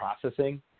processing